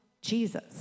Jesus